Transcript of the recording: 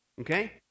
okay